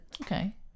Okay